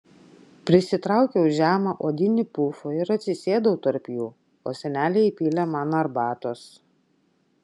prisitraukiau žemą odinį pufą ir atsisėdau tarp jų o senelė įpylė man arbatos